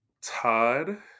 Todd